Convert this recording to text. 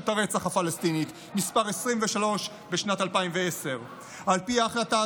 הרצח הפלסטינית מס' 23 בשנת 2010. על פי ההחלטה,